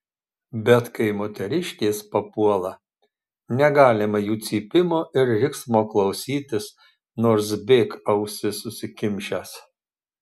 bet kai moteriškės papuola negalima jų cypimo ir riksmo klausytis nors bėk ausis užsikimšęs